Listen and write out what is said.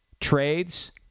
trades